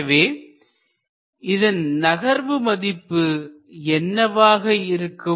எனவே இதன் நகர்வு மதிப்பு என்னவாக இருக்கும்